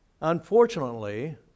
Unfortunately